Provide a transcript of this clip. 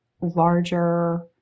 larger